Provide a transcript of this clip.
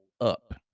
up